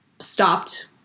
stopped